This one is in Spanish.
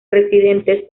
residentes